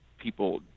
people